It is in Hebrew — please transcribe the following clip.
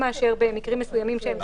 פרט למקרים מסוימים שנקבעים בחוק.